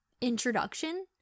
introduction